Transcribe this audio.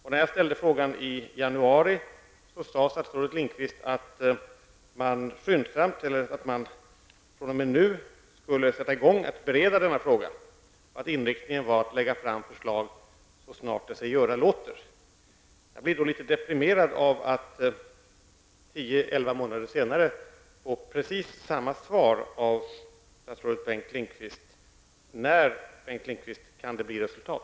När jag ställde frågan i januari sade statsrådet Lindqvist att man fr.o.m. då skulle sätta i gång med att bereda frågorna. Inriktningen var att lägga fram förslag så snart sig göra lät. Jag blir litet deprimerad över att jag tio till elva månader senare får precis samma svar från statsrådet Bengt Lindqvist. När, Bengt Lindqvist, kan det bli resultat?